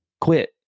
Quit